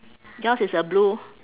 yours it's a blue